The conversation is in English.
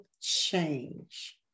change